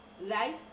life